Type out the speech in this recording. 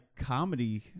comedy